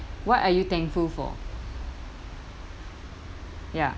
what are you thankful for ya